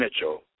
Mitchell